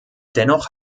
dennoch